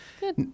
Good